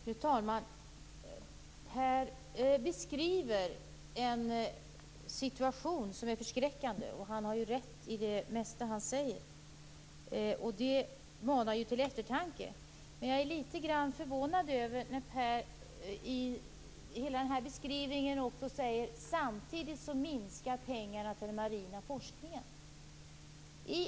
Fru talman! Per Lager beskriver en situation som är förskräckande. Han har också rätt i det mesta som han säger. Det manar till eftertanke. Jag är ändå litet förvånad över att Per Lager i hela denna beskrivning framhåller att pengarna till den marina forskningen samtidigt minskar.